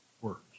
works